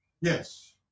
Yes